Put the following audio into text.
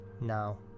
Now